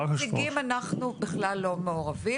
בנציגים אנחנו בכלל לא מעורבים,